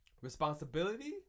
Responsibility